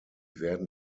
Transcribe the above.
werden